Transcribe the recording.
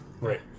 Right